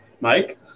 Mike